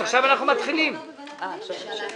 עכשיו לרביזיות, כדי שתראו